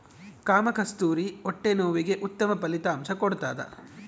ಕಾಮಕಸ್ತೂರಿ ಹೊಟ್ಟೆ ನೋವಿಗೆ ಉತ್ತಮ ಫಲಿತಾಂಶ ಕೊಡ್ತಾದ